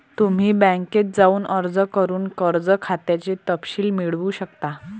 तुम्ही बँकेत जाऊन अर्ज करून कर्ज खात्याचे तपशील मिळवू शकता